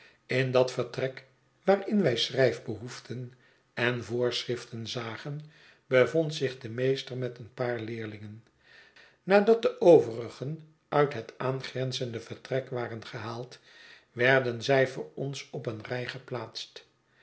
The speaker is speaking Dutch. in dat vertrek waarin wij schrijf behoeften en voorschriften zagen bevond zich de meester met een paar leerlingen nadat de overigen uit het aangrenzende vertrek waren gehaald werden zij voor ons op een rij geplaatst